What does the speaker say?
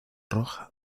roja